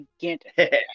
gigantic